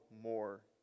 more